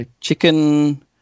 chicken